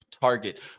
target